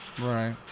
right